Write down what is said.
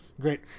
great